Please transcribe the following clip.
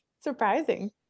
surprising